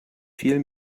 viel